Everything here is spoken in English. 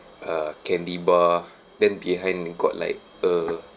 uh candy bar then behind got like a